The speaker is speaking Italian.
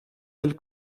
del